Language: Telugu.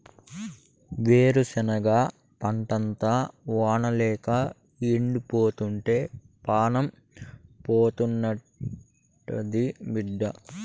ఏరుశనగ పంటంతా వానల్లేక ఎండిపోతుంటే పానం పోతాండాది బిడ్డా